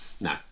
No